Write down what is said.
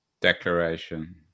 Declaration